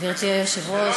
גברתי היושבת-ראש,